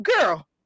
girl